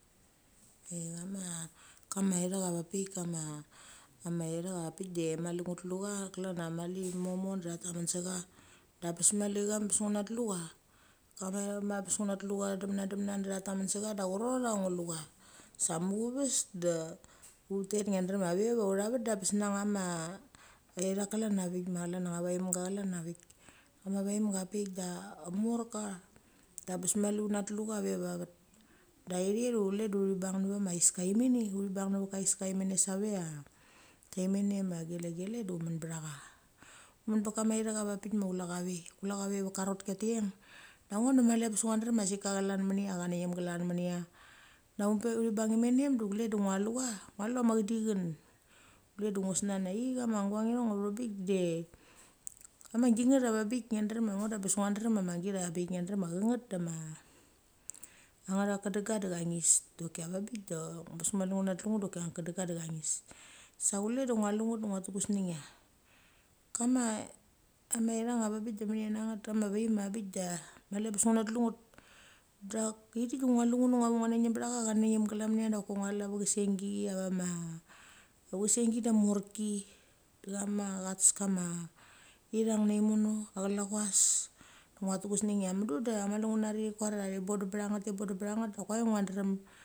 Ai kama ithak kama ama ithak ava pik de mali ngutlu cha klan mali mo mo de tha tamen se cha, da bes mali ngunatiu cha. Da bes mali nguna tiu cha kama ithak bes nguna tlu cha demne demne de tha tamen se cha de chrot ia nguna lu cha. Sa mucheves da utet ngia drem ia ve ia au tha ve vat da bes na nga ma ithak klan na vik ma chlan anga va iheimga nglan na vik. Da ma vaiheimga pik da morka da bes mali una tiu cha ve va vet. Da chathi hei chule de uthi bang nevama aika imenei uthi bang ne veka aiska imenei a save ia imani ma gele, gele de umen ba tha cha. Umen ba kamu ithak ava pik ma chula ve. Kula cha ve ka arot kia te cheng. De ngo de mali abes ngua drem ia chalan minia ka na ngiem chlan minia ia. Da ut pe ithi bang imeni de chule de ngua lu cha. Ngua lu chama chedichen kule de ngu snan ia ithi kama guangnge thong avong de ama gignet ava bik. Ngia drem ia ngo da bes ngua drem ia ma git ngia drem ngo da bes ngua drem ia ma git a ava bik ngia drem ia ang tha kedenga da ngis doki avabik da bes mali nguma tlu gnet doki ngatha kedenga da ngis. Sa chule de ngua lu nget da ngua tu guseneng ia kama ithang ava bik de menena nget ma vaiheim ava bik da mali abes nguna tlu ngnet. Dak ithik de ngua lu nget de ngua na ngeim ba cha ia ka na ngeim glan da ka mini ia ngua la vechesengi. Da vam chesingi da morki de chama chates kama ithang nei nono chelochas ngua tu gusneng ia mudu nguna ri thi kuar ia thi bodem nget de koei ngua drem.